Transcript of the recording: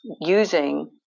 using